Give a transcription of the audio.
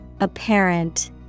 Apparent